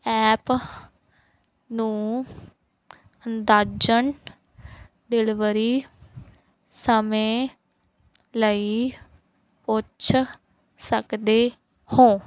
app ਨੂੰ ਅੰਦਾਜ਼ਨ delivery ਸਮੇਂ ਲਈ ਪੁੱਛ ਸਕਦੇ ਹੋ